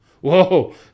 Whoa